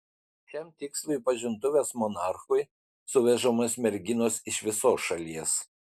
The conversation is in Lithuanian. šiam tikslui į pažintuves monarchui suvežamos merginos iš visos šalies